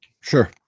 Sure